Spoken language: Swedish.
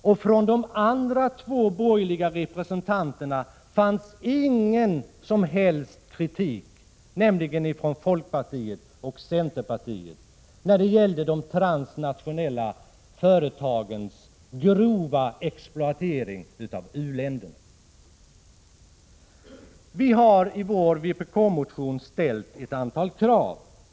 Och de andra två borgerliga representanterna — från folkpartiet och centerpartiet — anförde ingen som helst kritik mot de transnationella företagens grova exploatering av u-länder. Vi har i vår motion ställt ett antal krav.